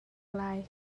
lai